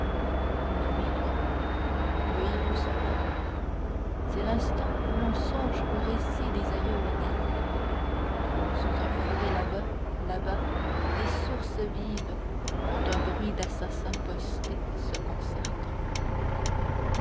la nuit vient le hibou s'envole c'est l'instant où l'on songe aux récits des aïeules naïves sous un fourré là-bas là-bas des sources vives font un bruit d'assassins postés se concertant